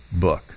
book